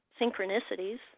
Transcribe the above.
synchronicities